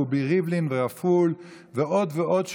רובי ריבלין ורפול ועוד ועוד,